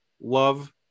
love